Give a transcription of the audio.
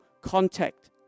contact